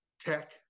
tech